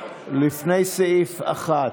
לפני סעיף 1,